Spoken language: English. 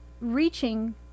reaching